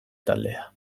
taldea